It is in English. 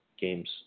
Games